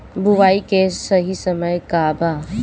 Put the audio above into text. बुआई के सही समय का वा?